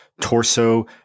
torso